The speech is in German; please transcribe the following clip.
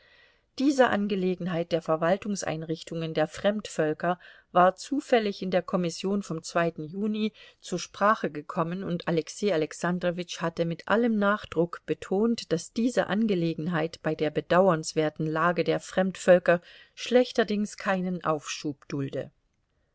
diese angelegenheit der verwaltungseinrichtungen der fremdvölker war zufällig in der kommission vom juni zur sprache gekommen und alexei alexandrowitsch hatte mit allem nachdruck betont daß diese angelegenheit bei der bedauernswerten lage der fremdvölker schlechterdings keinen aufschub dulde